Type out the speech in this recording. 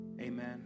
Amen